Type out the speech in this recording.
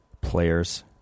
players